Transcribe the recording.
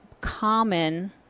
common